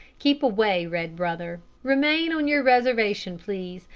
keep away, red brother remain on your reservation, please,